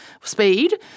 speed